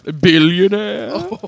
Billionaire